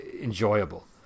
enjoyable